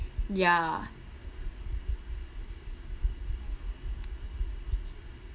ya